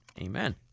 Amen